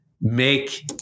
make